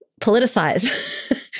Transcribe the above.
politicize